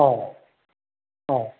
औ औ